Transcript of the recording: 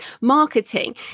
marketing